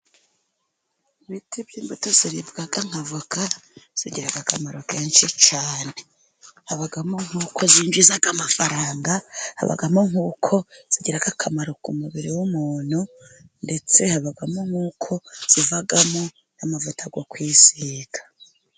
Ibiti by'imbuto ziribwa nka voka, zigira akamaro kenshi cyane. Habamo nkuko zinjiza amafaranga habamo nkuko zigira akamaro ku mubiri w'umuntu ndetse habamo nkuko zivamo n'amavuta yo kuwisiga.